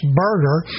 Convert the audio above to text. burger